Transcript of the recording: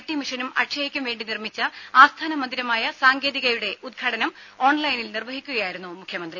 T മിഷനും അക്ഷയക്കും വേണ്ടി നിർമിച്ച ആസ്ഥാന മന്ദിരമായ സാങ്കേതിക യുടെ ഉദ്ഘാടനം ഓൺലൈനിൽ നിർവഹിക്കുകയായിരുന്നു മുഖ്യമന്ത്രി